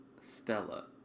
Stella